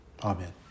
Amen